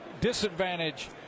disadvantage